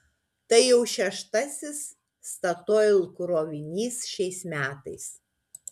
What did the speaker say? tai jau šeštasis statoil krovinys šiais metais